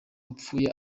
wapfuye